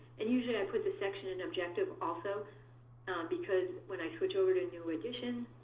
and usually i put the section and objective also because when i switch over to new addition,